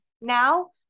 Now